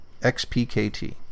XPKT